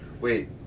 Wait